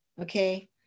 okay